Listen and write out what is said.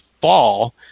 fall